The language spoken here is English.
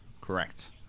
Correct